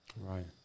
Right